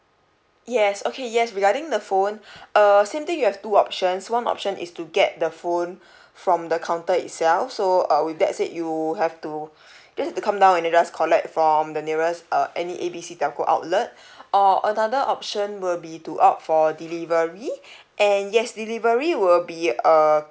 yes okay yes regarding the phone uh same thing you have two options one option is to get the phone from the counter itself so uh with that said you have to just have to come down and then just collect from the nearest uh any A B C telco outlet or another option will be too opt for delivery and yes delivery will be uh